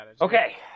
Okay